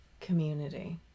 community